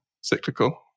cyclical